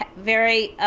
ah very